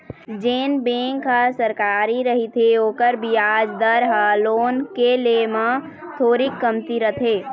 जेन बेंक ह सरकारी रहिथे ओखर बियाज दर ह लोन के ले म थोरीक कमती रथे